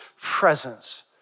presence